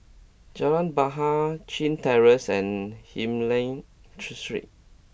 Jalan Bahar Chin Terrace and Hylam Street